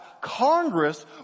Congress